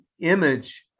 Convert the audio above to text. image